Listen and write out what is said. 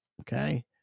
Okay